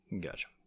Gotcha